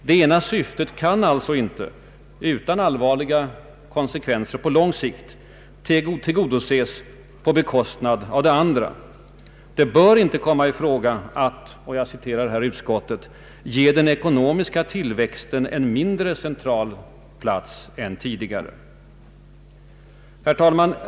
Det ena syftet kan alltså inte utan allvarliga konsekvenser på lång sikt tillgodoses på bekostnad av det andra. Det bör inte komma i fråga att ”ge den ekonomiska tillväxten en mindre central plats än tidigare”. Herr talman!